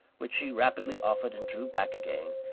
which she rapidly offered and drew back again,